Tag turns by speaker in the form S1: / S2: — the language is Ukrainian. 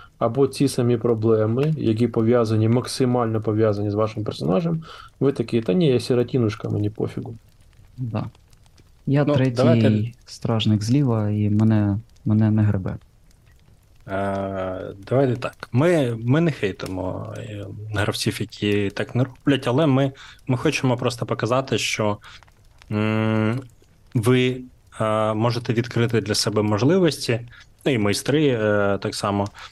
S1: Або ці самі проблеми, які пов'язані, максимально пов'язані з вашим персонажем. Ви такі, «Та ні, я сиротінушка, мені пофігу».
S2: Да. Я
S1: Ну,
S2: третій
S1: давайте.
S2: стражник зліва, і мене- мене не гребе.
S3: Е, давайте так. Ми- ми не хейтимо, е, гравців, які так не роблять, але ми- ми хочемо просто показати, що, м, ви, е, можете відкрити для себе можливості, ну, і майстри, е, так само.